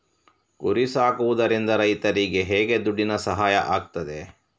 ಕುರಿ ಸಾಕುವುದರಿಂದ ರೈತರಿಗೆ ಹೇಗೆ ದುಡ್ಡಿನ ಸಹಾಯ ಆಗ್ತದೆ?